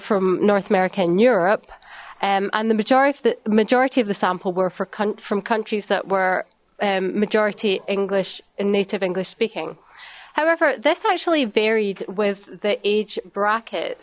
from north america and europe and the majority of the majority of the sample were from countries that were majority english and native english speaking however this actually varied with the age bracket